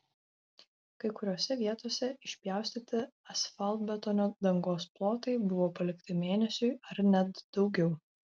kai kuriose vietose išpjaustyti asfaltbetonio dangos plotai buvo palikti mėnesiui ar net daugiau